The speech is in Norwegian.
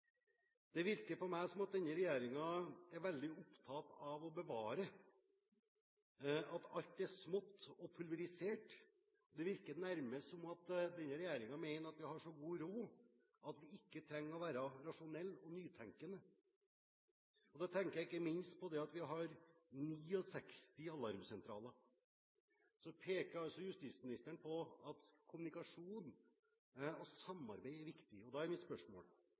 Det virker på meg som om denne regjeringen er veldig opptatt av å bevare, at alt er smått og pulverisert. Det virker nærmest som om denne regjeringen mener at vi har så god råd at vi ikke trenger å være rasjonelle og nytenkende. Da tenker jeg ikke minst på at vi har 69 alarmsentraler. Så peker justisministeren på at kommunikasjon og samarbeid er viktig. Da er mitt spørsmål: